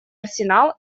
арсенал